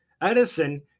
Edison